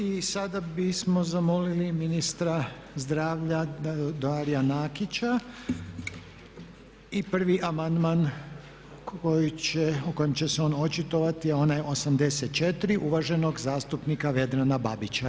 I sada bismo zamolili ministra zdravlja Daria Nakića i prvi amandman koji će, o kojem će se on očitovati a on je 84. uvaženog zastupnika Vedrana Babića.